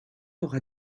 aura